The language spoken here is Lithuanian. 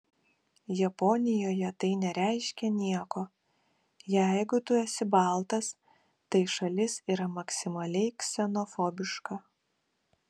japonijoje tai nereiškia nieko jeigu tu esi baltas tai šalis yra maksimaliai ksenofobiška